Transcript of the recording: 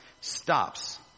stops